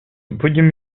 будем